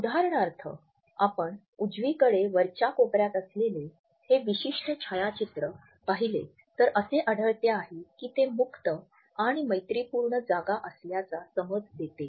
उदाहरणार्थ आपण उजवीकडे वरच्या कोपऱ्यात असलेले हे विशिष्ट छायाचित्र पाहिले तर असे आढळते आहे की ते मुक्त आणि मैत्रीपूर्ण जागा असल्याचा समज देते